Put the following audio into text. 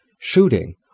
shooting